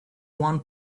one